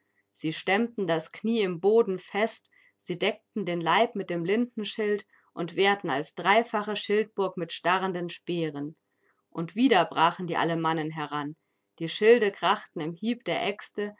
sie stemmten das knie im boden fest sie deckten den leib mit dem lindenschild und wehrten als dreifache schildburg mit starrenden speeren und wieder brachen die alemannen heran die schilde krachten im hieb der äxte